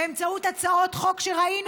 באמצעות הצעות חוק שראינו.